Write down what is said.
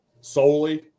solely